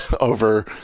over